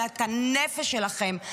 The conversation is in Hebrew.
אלא את הנפש שלכם.